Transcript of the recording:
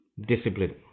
Discipline